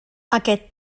aquest